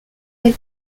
and